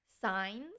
Signs